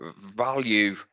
value